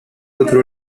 otro